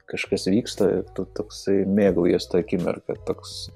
kažkas vyksta tu toksai mėgaujies ta akimirka toks